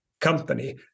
company